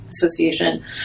association